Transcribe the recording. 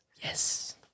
Yes